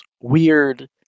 weird